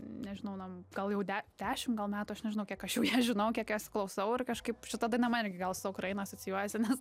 nežinau nuo gal jau de dešim gal metų aš nežinau kiek aš jau ją žinau kiek jos klausau ir kažkaip šita daina man irgi gal su ukraina asocijuojasi nes